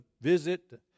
visit